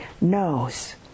knows